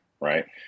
right